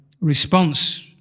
response